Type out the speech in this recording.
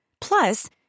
Plus